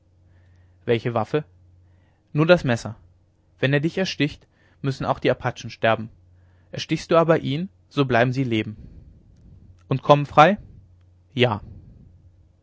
welche waffe nur das messer wenn er dich ersticht müssen auch die apachen sterben erstichst du aber ihn so bleiben sie leben und kommen frei ja